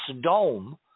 dome